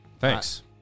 Thanks